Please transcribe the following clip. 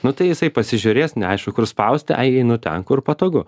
nu tai jisai pasižiūrės neaišku kur spausti ai einu ten kur patogu